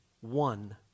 one